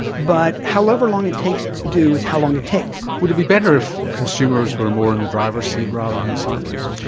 but however long it takes to do is how long it takes. would it be better if consumers were more in the driver's seat rather than the scientists?